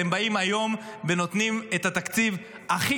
אתם באים היום ונותנים את התקציב הכי